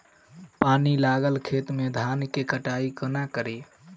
पानि लागल खेत मे धान केँ कटाई कोना कड़ी?